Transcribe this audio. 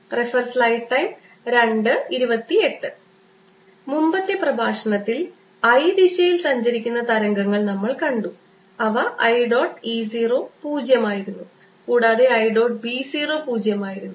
r ωtϕ k2πn മുമ്പത്തെ പ്രഭാഷണത്തിൽ i ദിശയിൽ സഞ്ചരിക്കുന്ന തരംഗങ്ങൾ നമ്മൾ കണ്ടു അവ i ഡോട്ട് E 0 പൂജ്യമായിരുന്നു കൂടാതെ i ഡോട്ട് B 0 പൂജ്യമായിരുന്നു